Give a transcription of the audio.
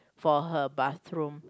for her bathroom